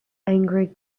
angry